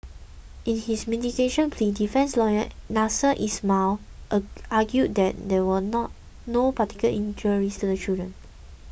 in his mitigation plea defence lawyer Nasser Ismail a argued that there were not no particular injuries to the children